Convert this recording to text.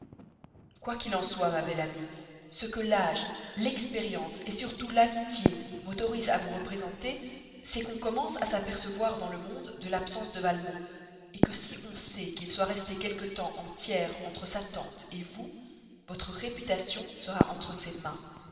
quoi qu'il en soit ma belle amie ce que l'âge l'expérience et surtout l'amitié m'autorisent à vous représenter c'est qu'on commence à s'apercevoir dans le monde de l'absence de valmont que si on sait qu'il ait resté quelque temps en tiers entre sa tante vous votre réputation sera entre ses mains